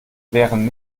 wären